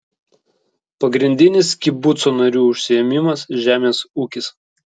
pagrindinis kibuco narių užsiėmimas žemės ūkis